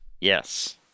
Yes